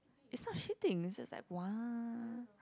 it's not shitting is just like !wah!